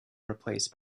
replaced